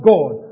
God